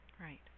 Right